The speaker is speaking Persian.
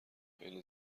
خیلی